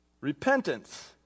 Repentance